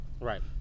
right